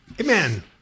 Amen